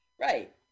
Right